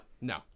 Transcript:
no